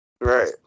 Right